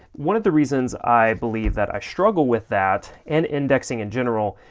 one of the reasons i believe that i struggle with that, and indexing in general,